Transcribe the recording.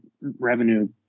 revenue